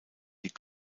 die